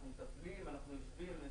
אנחנו מטפלים, אנחנו עושים.